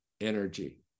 energy